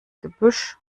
gebüsch